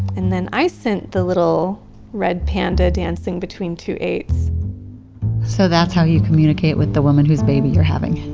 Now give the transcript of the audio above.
and then i sent the little red panda dancing between two eights so that's how you communicate with the woman whose baby you're having?